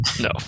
No